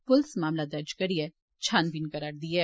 पुलस मामला दर्ज करियै छानबीन करै'रदी ऐ